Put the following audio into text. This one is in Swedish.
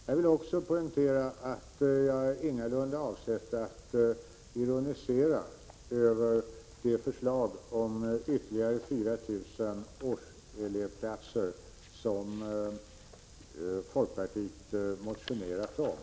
Jag vill också poängtera att jag ingalunda avsett att ironisera över det förslag om ytterligare 4 000 årselevplatser som folkpartiet motionerat om.